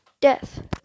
death